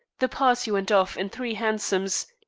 the party went off in three hansoms,